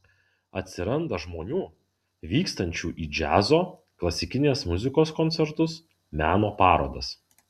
atsiranda žmonių vykstančių į džiazo klasikinės muzikos koncertus meno parodas